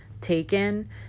taken